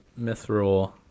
Mithril